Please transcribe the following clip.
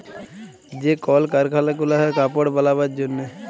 যে কল কারখালা গুলা হ্যয় কাপড় বালাবার জনহে